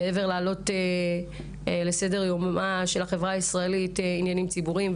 מעבר להעלות לסדר-יומה של החברה הישראלית ושל הכנסת עניינים ציבוריים,